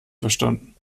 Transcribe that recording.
verstanden